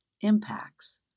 impacts